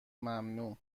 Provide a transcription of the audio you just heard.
ممنوع